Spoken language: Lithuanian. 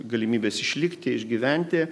galimybes išlikti išgyventi